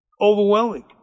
overwhelming